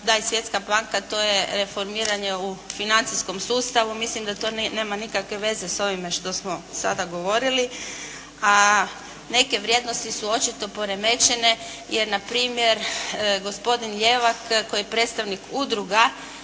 da je Svjetska banka, to je reformiranje u financijskom sustavu. Mislim da to nema nikakve veze sa ovime što smo sada govorili. A neke vrijednosti su očito poremećene, jer na primjer gospodin Ljevak koji je predstavnik Udruga